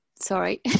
sorry